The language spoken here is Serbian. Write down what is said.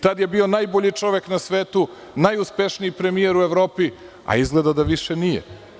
Tada je bio najbolji čovek na svetu, najuspešniji premijer u Evropi, a izgleda više nije.